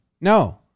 No